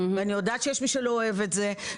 ואני יודעת שיש מי שלא אוהב את זה,